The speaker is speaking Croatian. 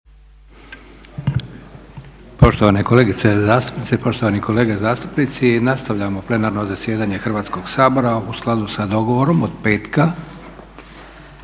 Poštovane kolegice zastupnice i poštovani kolege zastupnici nastavljamo plenarno zasjedanje Hrvatskog sabora u skladu sa dogovorom od petka.